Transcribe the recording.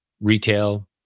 retail